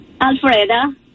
Alfreda